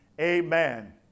amen